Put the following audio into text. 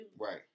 Right